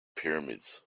pyramids